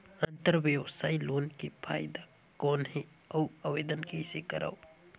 अंतरव्यवसायी लोन के फाइदा कौन हे? अउ आवेदन कइसे करव?